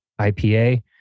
IPA